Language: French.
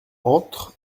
entre